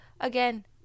again